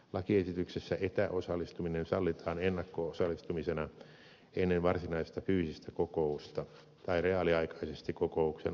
lakiesityksessä etäosallistuminen sallitaan ennakko osallistumisena ennen varsinaista fyysistä kokousta tai reaaliaikaisesti kokouksen aikana